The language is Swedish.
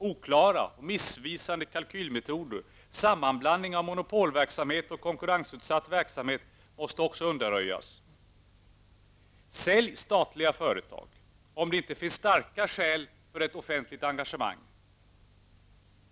Oklara och missvisande kalkylmetoder, sammanblandning av monopolverksamhet och konkurrensutsatt verksamhet, måste också undanröjas. Sälj statliga företag om det inte finns starka skäl för ett offentligt engagemang.